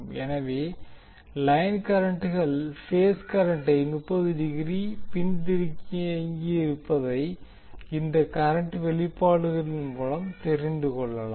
எனவே லைன் கரண்ட்கள் பேஸ் கரண்டை 30 டிகிரி பின்தங்கியிருப்பதை இந்த கரண்ட் வெளிப்பாடுகள் மூலம் தெரிந்து கொள்ளலலாம்